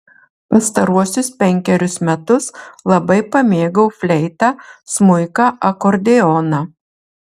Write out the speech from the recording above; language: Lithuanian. pastaruosius penkerius metus labai pamėgau fleitą smuiką akordeoną